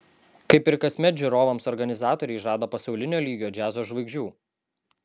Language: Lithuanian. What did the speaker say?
kaip ir kasmet žiūrovams organizatoriai žada pasaulinio lygio džiazo žvaigždžių